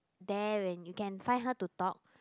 there when you can find her to talk